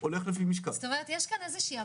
הולך לפי משקל.